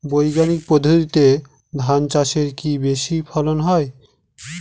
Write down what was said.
বৈজ্ঞানিক পদ্ধতিতে ধান চাষে কি বেশী ফলন হয়?